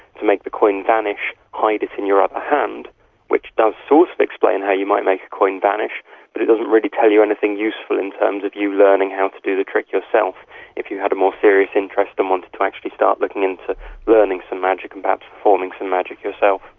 to make the coin vanish, hide it in your other hand which does sort of so so explain how you might make a coin vanish but it doesn't really tell you anything useful in terms of you learning how to do the trick yourself if you had a more serious interest and wanted to actually start looking into learning some magic and perhaps performing some magic yourself.